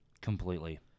Completely